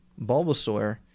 bulbasaur